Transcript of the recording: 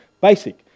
basic